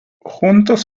juntos